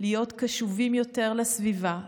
להיות קשובים יותר לסביבה,